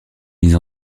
mise